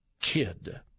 kid